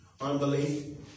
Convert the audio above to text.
Unbelief